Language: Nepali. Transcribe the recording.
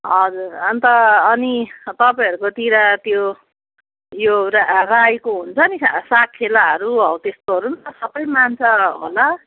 हजुर अन्त अनि तपाईँहरूकोतिर त्यो उयो राईको हुन्छ नि साकेलाहरू हौ त्यस्तोहरू पनि त सबै मान्छ होला